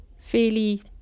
fairly